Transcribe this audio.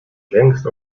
längst